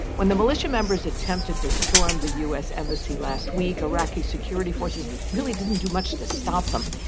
when the militia members attempted to storm the u s. embassy last week, iraqi security forces really didn't do much to stop them.